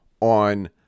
on